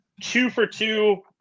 two-for-two